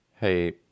hey